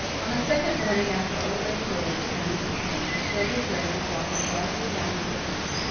on the second morning after old lady lloyd's journey to town, sylvia gray was walking blithely down the wood lane.